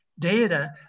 data